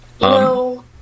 No